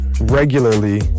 regularly